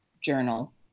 journal